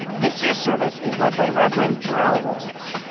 this year's service is led by reverend jerell wells.